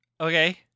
Okay